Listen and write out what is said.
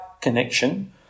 connection